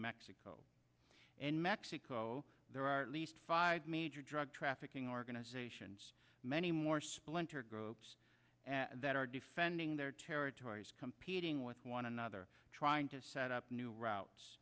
mexico and mexico there are at least five major drug trafficking organizations many more splinter groups that are defending their territories competing with one another trying to set up new route